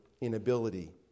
inability